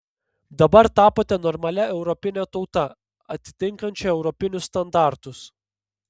dabar tapote normalia europine tauta atitinkančia europinius standartus